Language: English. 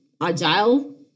agile